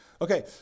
Okay